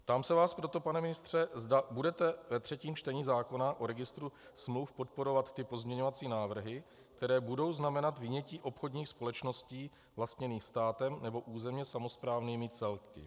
Ptám se vás proto, pane ministře, zda budete ve třetím čtení zákona o registru smluv podporovat ty pozměňovací návrhy, které budou znamenat vynětí obchodních společností vlastněných státem nebo územně samosprávnými celky.